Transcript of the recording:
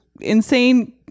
insane